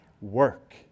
work